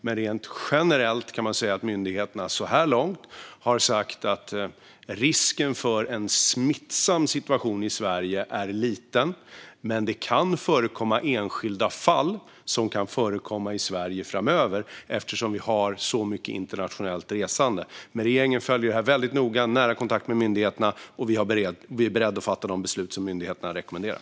Men rent generellt kan man säga att myndigheterna så här långt har sagt att risken för en smittsam situation i Sverige är liten, men att det kan förekomma enskilda fall i Sverige framöver eftersom vi har så mycket internationellt resande. Regeringen följer detta väldigt noga. Vi har nära kontakt med myndigheterna och är beredda att fatta de beslut som myndigheterna rekommenderar.